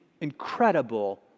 incredible